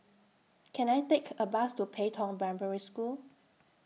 Can I Take A Bus to Pei Tong Primary School